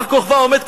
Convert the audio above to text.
בר-כוכבא עומד,